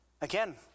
again